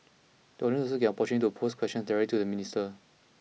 the audience will also get an opportunity to pose questions directly to the minister